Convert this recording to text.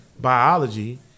biology